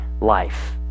life